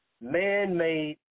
Man-Made